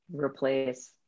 replace